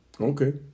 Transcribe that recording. Okay